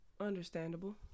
Understandable